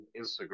Instagram